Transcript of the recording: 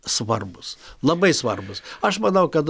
svarbūs labai svarbūs aš manau kad